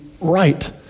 right